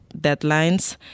deadlines